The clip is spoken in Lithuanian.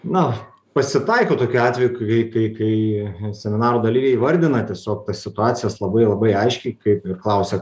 nu pasitaiko tokių atvejų kai kai kai seminaro dalyviai įvardina tiesiog situacijas labai labai aiškiai kaip ir klausia